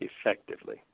Effectively